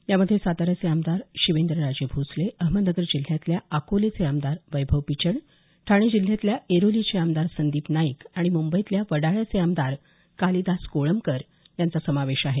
यामध्ये साताऱ्याचे आमदार शिवेंद्रराजे भोसले अहमदनगर जिल्ह्यातल्या अकोलेचे आमदार वैभव पिचड ठाणे जिल्ह्यातल्या ऐरोलीचे आमदार संदीप नाईक आणि मुंबईतल्या वडाळ्याचे आमदार कालिदास कोळंबकर यांचा समावेश आहे